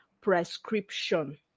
prescription